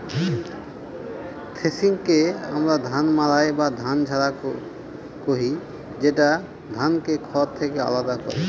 থ্রেশিংকে আমরা ধান মাড়াই বা ধান ঝাড়া কহি, যেটা ধানকে খড় থেকে আলাদা করে